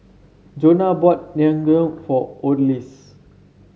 Jonah bought Naengmyeon for Odalys